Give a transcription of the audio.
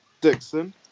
Dixon